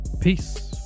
Peace